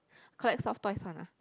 collect soft toys one ah